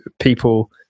people